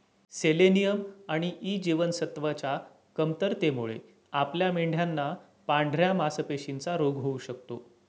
selenium आणि E जीवनसत्वच्या कमतरतेमुळे आपल्या मेंढयांना पांढऱ्या मासपेशींचा रोग होऊ शकतो